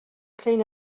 clean